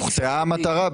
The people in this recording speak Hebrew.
במצב כזה הוחטאה המטרה,